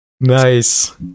Nice